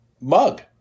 mug